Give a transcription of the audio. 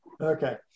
Okay